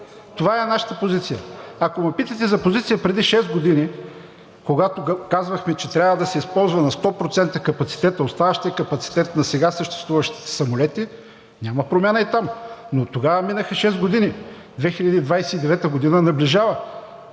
Това е нашата позиция. Ако ме питате за позиция преди шест години, когато казвахме, че трябва да се използва 100% оставащият капацитет на сега съществуващите самолети, няма промяна и там. Оттогава минаха шест години – 2029 г. наближава.